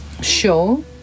show